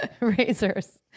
razors